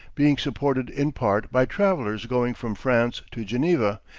being supported in part by travelers going from france to geneva,